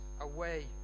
away